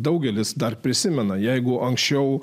daugelis dar prisimena jeigu anksčiau